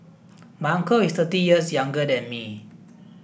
my uncle is thirty years younger than me